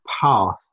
path